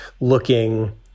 looking